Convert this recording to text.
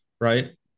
Right